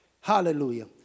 Hallelujah